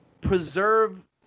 preserve